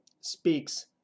speaks